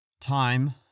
time